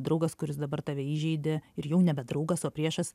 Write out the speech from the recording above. draugas kuris dabar tave įžeidė ir jau nebe draugas o priešas